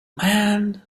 man